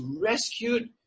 rescued